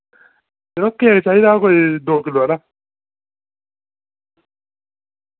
यरो केक चाहिदा कोई दो किल्लो हारा